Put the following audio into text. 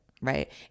Right